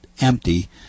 empty